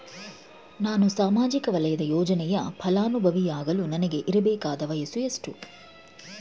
ನಾನು ಸಾಮಾಜಿಕ ವಲಯದ ಯೋಜನೆಯ ಫಲಾನುಭವಿ ಯಾಗಲು ನನಗೆ ಇರಬೇಕಾದ ವಯಸ್ಸು ಎಷ್ಟು?